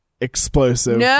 explosive